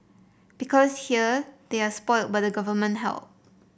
because here they are spoilt by the government help